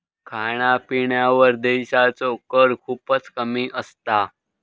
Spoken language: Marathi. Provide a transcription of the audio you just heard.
खाण्यापिण्यावर देशाचो कर खूपच कमी असता